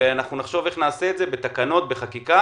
אנחנו נחשוב איך לעשות את זה בתקנות, בחקיקה